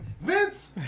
Vince